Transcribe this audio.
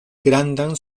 grandan